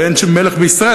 ואין שום מלך בישראל,